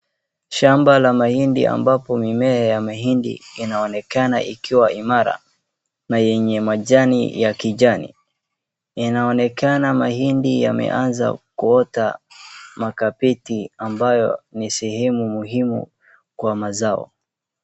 Shamba la mahindi ambapo mimea ya mahindi inaonekana ikiwa imara na yenye majani ya kijani. Inaonekana mahindi yameanza kuota makapiti ambayo ni sehemu muhimu kwa mazao.